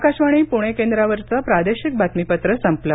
आकाशवाणी पुणे केंद्रावरचं प्रादेशिक बातमीपत्र संपलं